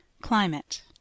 CLIMATE